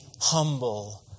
humble